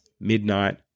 Midnight